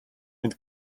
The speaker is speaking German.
mit